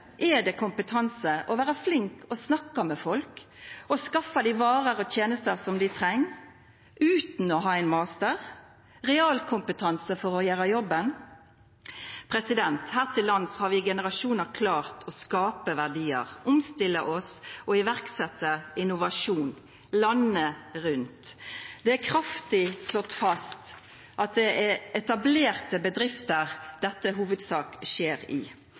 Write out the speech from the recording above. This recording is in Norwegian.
er det kompetanse å vera flink til å snakka med folk, å skaffa dei varer og tenester som dei treng utan å ha ein master – realkompetanse for å gjera jobben? Her til lands har vi i generasjonar klart å skapa verdiar, omstilla oss og setja i verk innovasjon landet rundt. Det er kraftig slått fast at det er i etablerte bedrifter dette i hovudsak skjer.